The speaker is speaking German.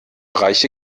reiche